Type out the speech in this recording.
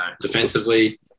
defensively